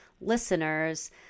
listeners